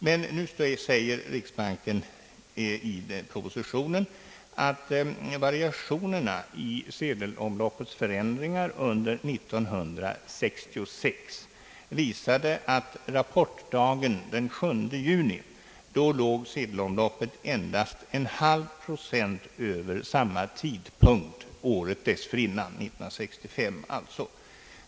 Men nu säger riksbanken i propositionen att variationerna i sedelomloppets förändringar under 1966 visade att sedelomloppet rapportdagen den 7 juni låg endast en halv procent över samma tidpunkt året dessförinnan, alltså 1965.